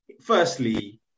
Firstly